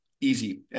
easy